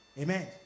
Amen